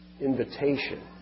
invitation